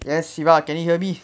yes shiva can you hear me